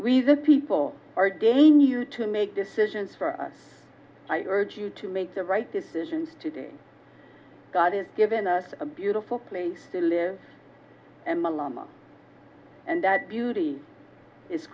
reason people are dane you to make decisions for us i urge you to make the right decisions today god is given us a beautiful place to live and malema and that beauty is